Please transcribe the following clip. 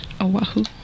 Oahu